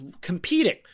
Competing